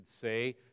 say